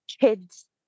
kid's